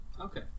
Okay